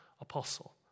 apostle